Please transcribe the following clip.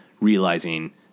realizing